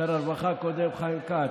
שר הרווחה הקודם חיים כץ,